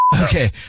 Okay